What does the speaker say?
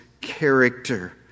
character